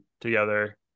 together